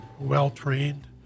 well-trained